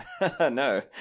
No